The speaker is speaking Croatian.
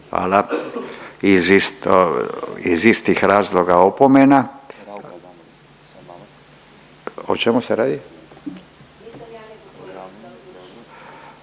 hvala. Iz istih razloga opomena. I sada